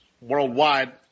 worldwide